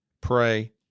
Pray